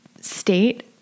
state